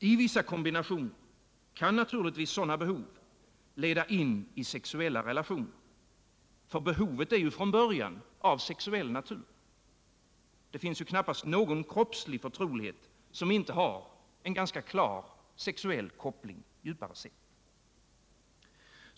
I vissa kombinationer kan naturligtvis sådana behov leda in i sexuella relationer. För behovet är ju från början av sexuell natur. Det finns knappast någon kroppslig förtrolighet som inte har en klar sexuell koppling, djupare sett.